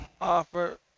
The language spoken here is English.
offer